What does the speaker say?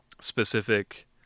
specific